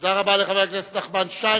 תודה רבה לחבר הכנסת נחמן שי.